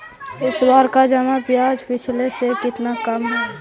इस बार का जमा ब्याज पिछले से कितना कम हइ